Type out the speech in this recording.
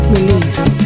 Release